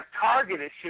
targeted